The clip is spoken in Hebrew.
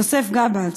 יוזף גָבָּלס.